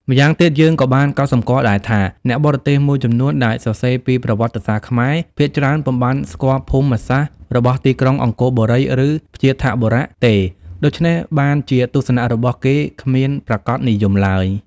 ម្យ៉ាងទៀតយើងក៏បានកត់សម្គាល់ដែរថា អ្នកបរទេសមួយចំនួនដែលសរសេរពីប្រវត្តិសាស្ត្រខ្មែរ ភាគច្រើនពុំបានស្គាល់ភូមិ សាស្ត្ររបស់ទីក្រុងអង្គរបូរី ឬ វ្យាធបុរៈ ទេ ដូច្នេះបានជាទស្សនៈរបស់ គេគ្មានប្រាកដនិយមឡើយ ។